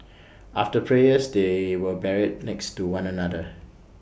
after prayers they were buried next to one another